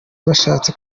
bashatse